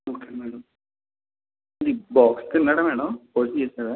okay madam box తిన్నాడా madam భోజనం చేసాడా